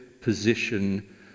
position